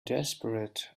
desperate